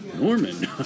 Norman